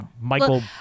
Michael